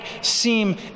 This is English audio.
seem